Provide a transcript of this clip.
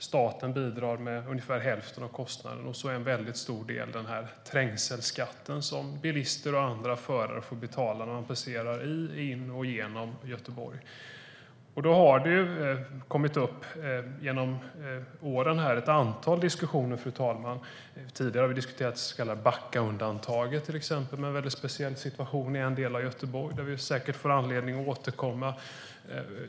Staten bidrar med ungefär hälften av kostnaden, och en väldigt stor del är trängselskatten, som bilister och andra förare får betala när de passerar in i och genom Göteborg. Genom åren har det kommit upp en del diskussioner. Tidigare har vi diskuterat det så kallade Backaundantaget, med en väldigt speciell situation i en del av Göteborg, som vi säkert får anledning att återkomma till.